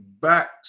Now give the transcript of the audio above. back